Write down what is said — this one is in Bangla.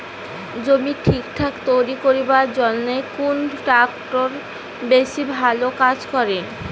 জমি ঠিকঠাক তৈরি করিবার জইন্যে কুন ট্রাক্টর বেশি ভালো কাজ করে?